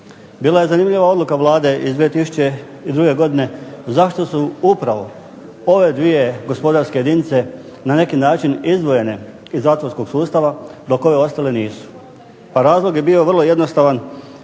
Bila je zanimljiva odluka Vlade iz 2002. godine zašto su upravo ove dvije gospodarske jedinice na neki način izdvojene iz zatvorskog sustava, dok ove ostale nisu. Pa razlog je bio vrlo jednostavan,